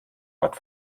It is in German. hat